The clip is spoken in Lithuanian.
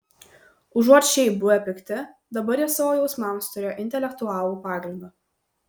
užuot šiaip buvę pikti dabar jie savo jausmams turėjo intelektualų pagrindą